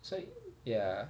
so ya